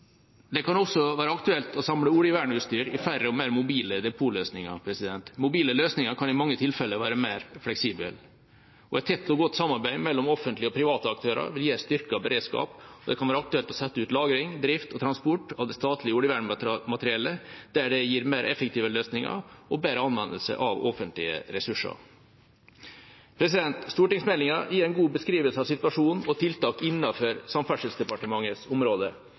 Det kan også være aktuelt å samle oljevernutstyret i færre og mer mobile depotløsninger. Mobile løsninger kan i mange tilfeller være mer fleksible. Et tett og godt samarbeid mellom offentlige og private aktører vil gi en styrket beredskap, og det kan være aktuelt å sette ut lagring, drift og transport av det statlige oljevernmateriellet der det gir mer effektive løsninger og bedre anvendelse av offentlige ressurser. Stortingsmeldinga gir en god beskrivelse av situasjonen og tiltak innenfor Samferdselsdepartementets område,